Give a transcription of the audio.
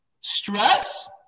stress